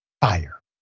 fire